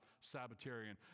Sabbatarian